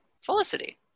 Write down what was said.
Felicity